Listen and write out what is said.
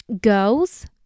girls